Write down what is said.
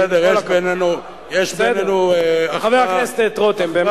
בסדר, יש בינינו אחווה רצינית.